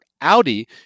Audi